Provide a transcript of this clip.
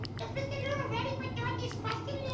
is mr. noodle ready for dorothy's question